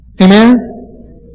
Amen